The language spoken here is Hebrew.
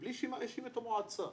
בלי שמאיישים את המועצה.